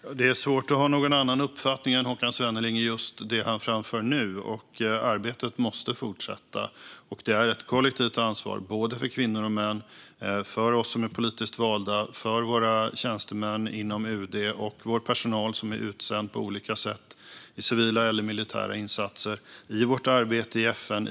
Fru talman! Det är svårt att ha någon annan uppfattning än Håkan Svenneling i just det han framför nu. Arbetet måste fortsätta. Det är ett kollektivt arbete för både kvinnor och män, för oss politiskt valda, för våra tjänstemän inom UD, för vår personal som är utsänd i civila eller militära insatser och i vårt arbete i FN.